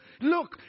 Look